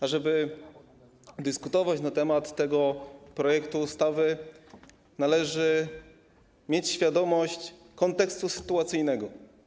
Ażeby dyskutować na temat tego projektu ustawy, należy mieć świadomość kontekstu sytuacyjnego.